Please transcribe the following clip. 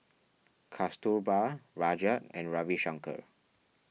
Kasturba Rajat and Ravi Shankar